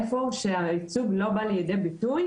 איפה שהייצוג לא בא לידי ביטוי.